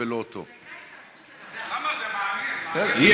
5,000 ילדים בדואים לא נמצאים במערכת החינוך,